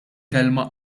kelma